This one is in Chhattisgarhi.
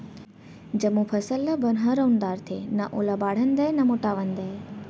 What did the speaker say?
जमो फसल ल बन ह रउंद डारथे, न ओला बाढ़न दय न मोटावन दय